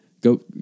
Go